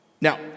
Now